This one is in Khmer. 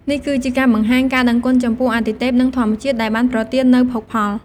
នេះគឺជាការបង្ហាញការដឹងគុណចំពោះអាទិទេព និងធម្មជាតិ ដែលបានប្រទាននូវភោគផល។